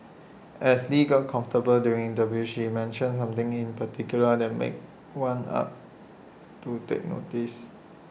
as lee got comfortable during the view she mentioned something in particular that made one up to take notice